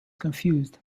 confused